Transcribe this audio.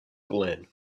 glen